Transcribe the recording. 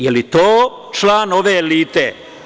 Je li to član ove elite.